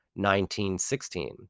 1916